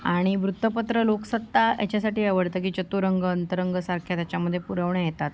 आणि वृत्तपत्र लोकसत्ता याच्यासाठी आवडतं की चतुरंग अंतरंगसारख्या त्याच्यामध्ये पुरवण्या येतात